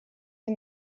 dem